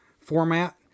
format